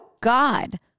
God